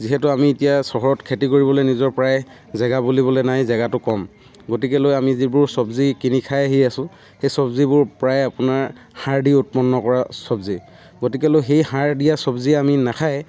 যিহেতু আমি এতিয়া চহৰত খেতি কৰিবলৈ নিজৰ প্ৰায় জেগা বুলিবলৈ নাই জেগাটো কম গতিকে লৈ আমি যিবোৰ চব্জি কিনি খাই আহি আছোঁ সেই চব্জিবোৰ প্ৰায় আপোনাৰ সাৰ দি উৎপন্ন কৰা চব্জি গতিকে লৈ সেই সাৰ দিয়া চব্জি আমি নেখাই